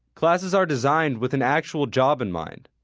classes are designed with an actual job in mind.